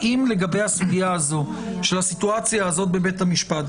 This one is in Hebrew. האם לגבי הסיטואציה הזאת בבית המשפט,